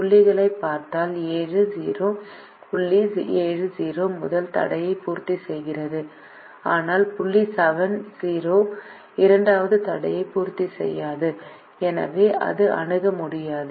புள்ளிகளைப் பார்த்தால் 7 0 புள்ளி 7 0 முதல் தடையை பூர்த்தி செய்கிறது ஆனால் புள்ளி 7 0 இரண்டாவது தடையை பூர்த்தி செய்யாது எனவே அது அணுக முடியாதது